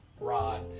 rod